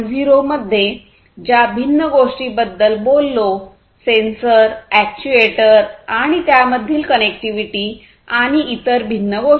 0 मध्ये ज्या भिन्न गोष्टींबद्दल बोललो सेन्सर अॅक्ट्यूएटर आणि त्यांच्यामधील कनेक्टिव्हिटी आणि इतर भिन्न गोष्टी